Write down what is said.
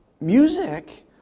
music